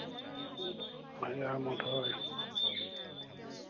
হয় মথাউৰি